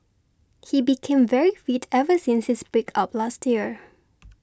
he became very fit ever since his breakup last year